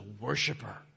worshiper